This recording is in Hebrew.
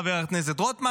חבר הכנסת רוטמן,